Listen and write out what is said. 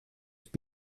dfb